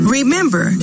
Remember